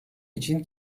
için